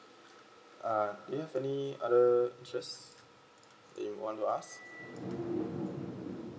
uh do you have any other interest that you want to ask